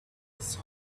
it’s